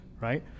right